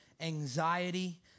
anxiety